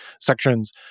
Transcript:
sections